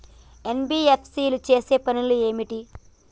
NBFC చేసే పనులు ఏమిటి?